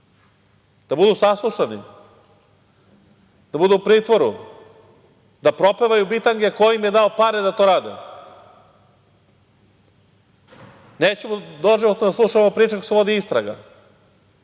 budu saslušani, budu u pritvoru, da propevaju bitange ko im je dao pare da to rade. Nećemo doživotno da slušamo priče kako se vodi istraga.